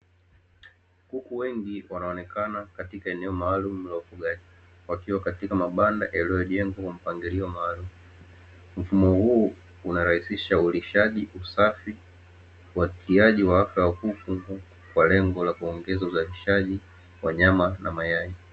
Kuku wengi wanaonekana katika eneo maalumu la ufugaji, wakiwa katika mabanda yaliyojengwa kwa mpangilio maalumu. Mfumo huu unarahisisha ulishaji, usafi, watiaji wa afya ya kuku kwa lengo la kuongeza uzalishaji wa nyama na mayai.